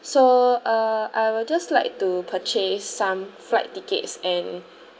so uh I will just like to purchase some flight tickets and